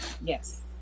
Yes